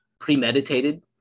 premeditated